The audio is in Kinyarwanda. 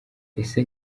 ese